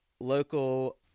local